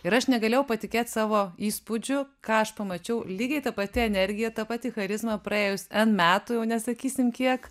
ir aš negalėjau patikėt savo įspūdžiu ką aš pamačiau lygiai ta pati energija ta pati charizma praėjus n metų jau nesakysim kiek